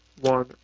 one